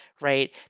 right